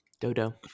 Dodo